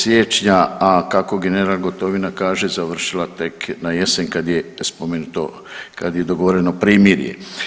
Siječnja a kako general Gotovina kaže završila tek na jesen kad je spomenuto, kad je dogovoreno primirje.